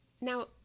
Now